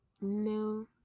No